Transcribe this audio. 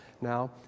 now